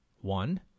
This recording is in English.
One